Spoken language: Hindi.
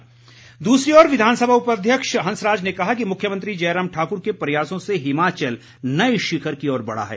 हंसराज दूसरी ओर विधानसभा उपाध्यक्ष हंसराज ने कहा कि मुख्यमंत्री जयराम ठाकुर के प्रयासों से हिमाचल नए शिखर की ओर बढ़ा है